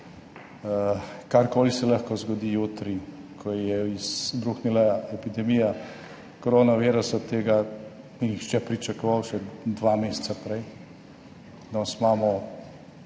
Karkoli se lahko zgodi jutri, ko je izbruhnila epidemija koronavirusa, od tega ni nihče pričakoval še dva meseca prej. Danes imamo